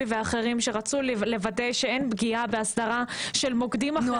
ואחרים שרצו לוודא שאין פגיעה בהסדרה של מוקדים אחרים.